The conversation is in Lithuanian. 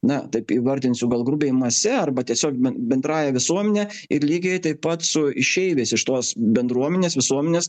na taip įvardinsiu gal grubiai mase arba tiesiog bendrąja visuomene ir lygiai taip pat su išeiviais iš tos bendruomenės visuomenės